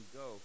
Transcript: go